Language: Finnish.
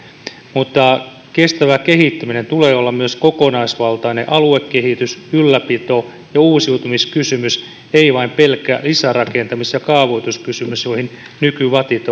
mutta kestävän kehittymisen tulee olla myös kokonaisvaltainen aluekehitys ylläpito ja uusiutumiskysymys ei vain pelkkä lisärakentamis ja kaavoituskysymys joihin nyky vatit